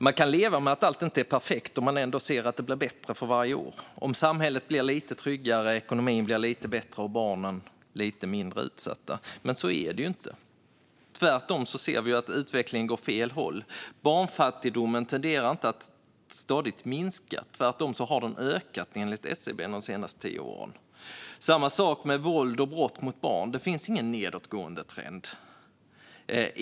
Man kan leva med att allt inte är perfekt om man ändå ser att det blir bättre för varje år, om samhället blir lite tryggare, ekonomin lite bättre och barnen lite mindre utsatta. Men så är det ju inte. Tvärtom ser vi att utvecklingen går åt fel håll. Barnfattigdomen tenderar inte att stadigt minska. Tvärtom har den ökat, enligt SCB, de senaste tio åren. Samma sak är det med våld och brott mot barn. Det finns ingen nedåtgående trend.